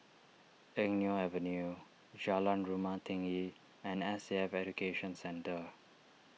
Eng Neo Avenue Jalan Rumah Tinggi and S A F Education Centre